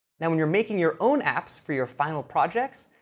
now, when you're making your own apps for your final projects,